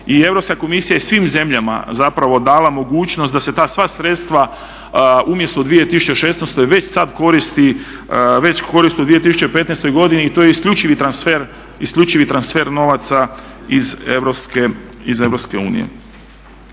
i Europska komisija je svim zemljama zapravo dala mogućnost da se ta sva sredstva umjesto u 2016. već koristi u 2015. godini i to je isključivi transfer novaca iz Europske unije.